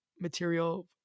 material